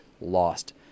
lost